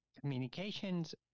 communications